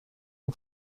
اون